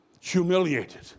humiliated